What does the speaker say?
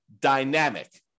dynamic